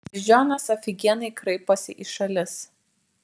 beždžionės afigienai kraiposi į šalis